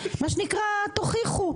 מה שנקרא תוכיחו.